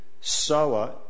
sower